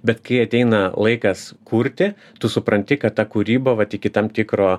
bet kai ateina laikas kurti tu supranti kad ta kūryba vat iki tam tikro